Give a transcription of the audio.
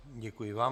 Děkuji vám.